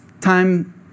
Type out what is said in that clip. time